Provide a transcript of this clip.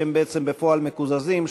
שהם בעצם בפועל מקוזזים,